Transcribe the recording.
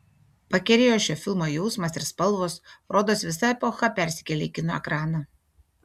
pakerėjo šio filmo jausmas ir spalvos rodos visa epocha persikėlė į kino ekraną